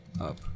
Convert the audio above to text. Up